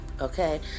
okay